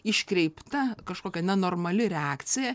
iškreipta kažkokia nenormali reakcija